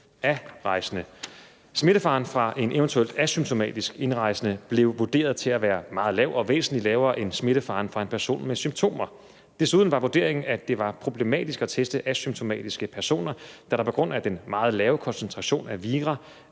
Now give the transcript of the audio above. Smittefaren fra en eventuelt asymptomatisk indrejsende blev vurderet til at være meget lav og væsentlig lavere end smittefaren fra en person med symptomer. Desuden var vurderingen, at det var problematisk at teste asymptomatiske personer, da der på grund af den meget lave koncentration af vira